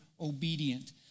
obedient